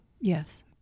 Yes